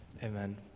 Amen